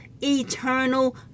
eternal